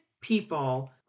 people